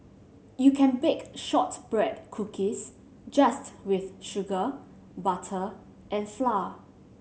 you can bake shortbread cookies just with sugar butter and flour